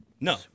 No